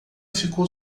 ficou